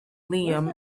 liam